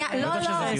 בטח שזה חיובי.